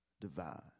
divine